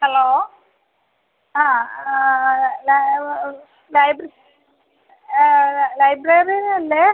hello ആ librarian അല്ലേ